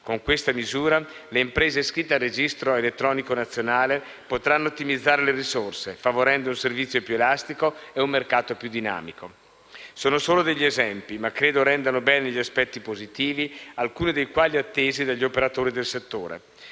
Con questa misura le imprese iscritte al Registro elettronico nazionale potranno ottimizzare le risorse, favorendo un servizio più elastico, un mercato più dinamico. Sono solo degli esempi, ma credo rendano bene gli aspetti positivi, alcuni dei quali attesi dagli operatori del settore.